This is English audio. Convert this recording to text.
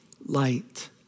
light